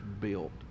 built